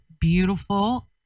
beautiful